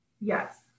Yes